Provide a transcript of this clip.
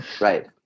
Right